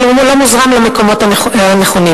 אבל הוא לא מוזרם למקומות הנכונים.